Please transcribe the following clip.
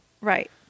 Right